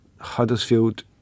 Huddersfield